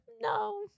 no